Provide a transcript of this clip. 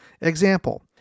Example